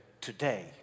today